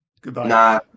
Goodbye